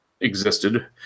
existed